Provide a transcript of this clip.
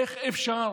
איך אפשר?